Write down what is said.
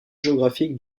géographiques